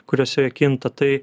kuriose jie kinta tai